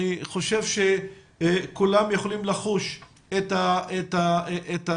אני חושב שכולם יכולים לחוש את הדאגה,